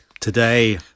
Today